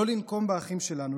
לא לנקום באחים שלנו,